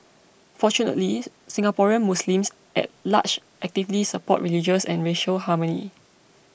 fortunately Singaporean Muslims at large actively support religious and racial harmony